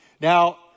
Now